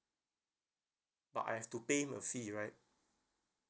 but I have to pay him a fee right